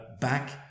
back